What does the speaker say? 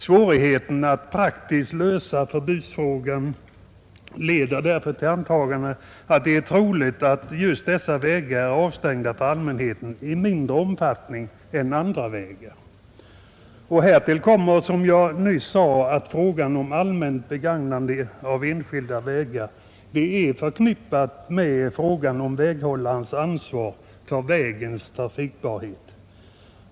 Svårigheten att praktiskt lösa förbudsfrågan leder därför till antaganden att just dessa vägar är avstängda för allmänheten i mindre omfattning än andra vägar. Härtill kommer, som jag nyss sade, att frågan om allmänt begagnande av enskilda vägar är förknippad med frågan om väghållarens ansvar för vägens trafikbarhet.